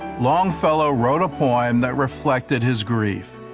longfellow wrote a poem that reflected his grief.